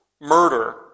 murder